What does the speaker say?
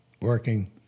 working